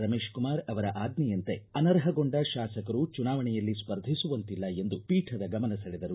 ರಮೇಶ್ ಕುಮಾರ್ ಅವರ ಆಜ್ವೆಯಂತೆ ಅನರ್ಪಗೊಂಡ ಶಾಸಕರು ಚುನಾವಣೆಯಲ್ಲಿ ಸ್ಪರ್ಧಿಸುವಂತಿಲ್ಲ ಎಂದು ಪೀಠದ ಗಮನ ಸೆಳೆದರು